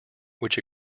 which